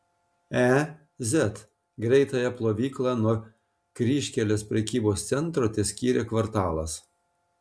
e z greitąją plovyklą nuo kryžkelės prekybos centro teskyrė kvartalas